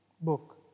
book